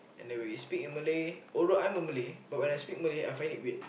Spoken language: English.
and then when we speak in Malay although I'm a Malay but when I speak Malay I find it weird